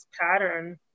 pattern